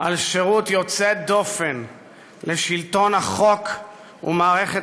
על שירות יוצא דופן לשלטון החוק ולמערכת